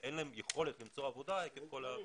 ואין להם יכולת למצוא עבודה עקב כל הקשיים.